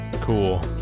cool